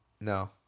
No